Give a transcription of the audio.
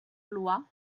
loi